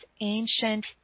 ancient